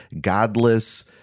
godless